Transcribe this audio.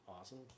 awesome